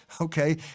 okay